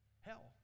hell